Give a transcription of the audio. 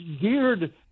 geared